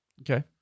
Okay